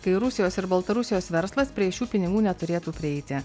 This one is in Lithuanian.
kai rusijos ir baltarusijos verslas prie šių pinigų neturėtų prieiti